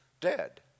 dead